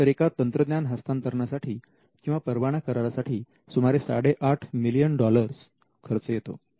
तर एका तंत्रज्ञान हस्तांतरणासाठी किंवा परवाना करारासाठी सुमारे साडेआठ मिलीयन डॉलर्स खर्च येतो